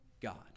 God